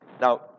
Now